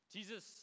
Jesus